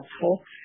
helpful